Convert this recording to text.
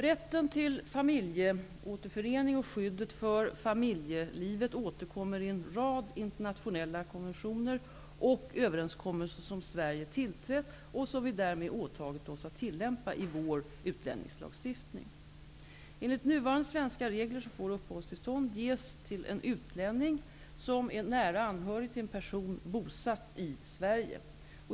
Rätten till familjeåterförening och skyddet för familjelivet återkommer i en rad internationella konventioner och överenskommelser som Sverige tillträtt och som vi därmed åtagit oss att tillämpa i vår utlänningslagstiftning. Enligt nuvarande svenska regler får uppehållstillstånd ges till en utlänning som är nära anhörig till en person bosatt i Sverige.